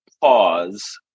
Pause